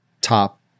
top